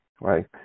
right